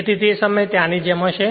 તેથી તે સમયે તે આની જેમ જ હશે